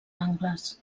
angles